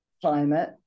climate